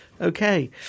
Okay